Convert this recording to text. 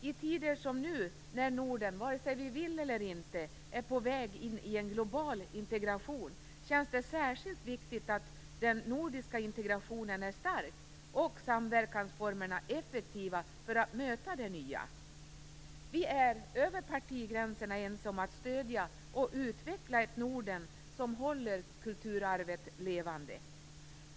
I dessa tider, när Norden vare sig vi vill eller inte är på väg in i global integration, känns det särskilt viktigt att den nordiska integrationen är stark och samverkansformerna effektiva för att möta det nya. Vi är över partigränserna ense om att stödja och utveckla ett Norden som håller kulturarvet levande.